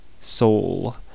Soul